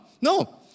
No